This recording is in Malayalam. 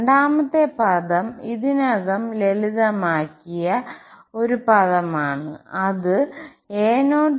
രണ്ടാമത്തെ പദം ഇതിനകം ലളിതമാക്കിയ ഒരു പദമാണ് അത് a022ആണ്